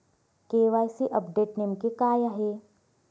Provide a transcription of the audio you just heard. KYC update नेमके काय आहे?